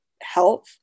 health